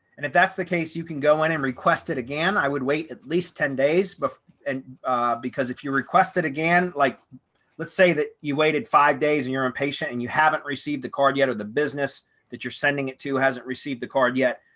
and if that's the case, you can go in and request it again, i would wait at least ten days but and because if you request it again, like let's say that you waited five days and you're impatient and you haven't received the card yet, or the business that you're sending it to hasn't received the card yet,